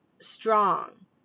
strong